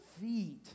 feet